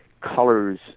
colors